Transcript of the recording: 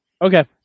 Okay